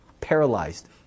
paralyzed